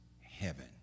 heaven